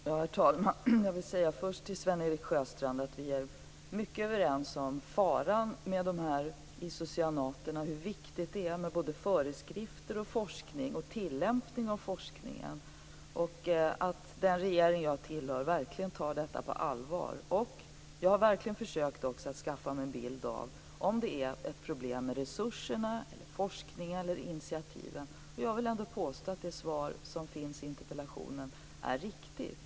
Herr talman! Jag vill först till Sven-Erik Sjöstrand säga att vi är mycket överens om faran med isocyanaterna och hur viktigt det är med föreskrifter, forskning och tillämpning av forskningen. Den regeringen jag tillhör tar verkligen detta på allvar. Jag har försökt att skaffa mig en bild av om det är ett problem med resurserna, forskningen eller initiativen. Jag vill ändå påstå att det svar som finns i interpellationen är riktigt.